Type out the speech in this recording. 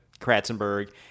Kratzenberg